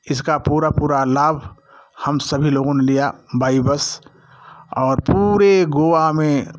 इसका पूरा पूरा लाभ हम सभी लोगों ने लिया बाई बस और पूरे गोवा में